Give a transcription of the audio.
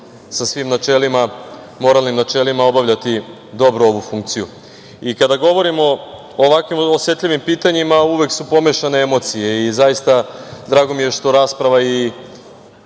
sa svim načelima, moralnim načelima obavljati dobro ovu funkciju. Kada govorim o ovakvim osetljivim pitanjima, uvek su pomešane emocija. Zaista, drago mi je što rasprava i